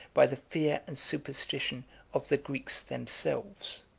by the fear and superstition of the greeks themselves.